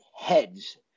heads